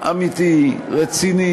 אמיתי, רציני,